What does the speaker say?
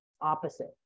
opposite